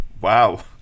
Wow